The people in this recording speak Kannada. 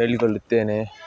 ಹೇಳಿಕೊಳ್ಳುತ್ತೇನೆ